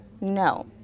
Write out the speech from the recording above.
no